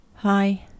Hi